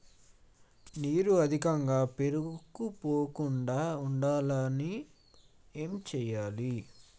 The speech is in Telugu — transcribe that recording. నీరు అధికంగా పేరుకుపోకుండా ఉండటానికి ఏం చేయాలి?